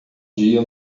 dia